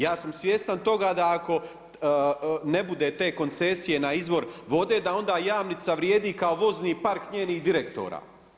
Ja sam svjestan toga da ako ne bude te koncesije na izvor vode, da onda Jamnica vrijedi kao vozni park njenih direktora.